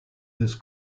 this